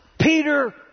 Peter